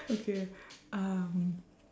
okay um